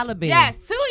Yes